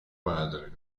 padre